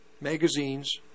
magazines